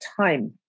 time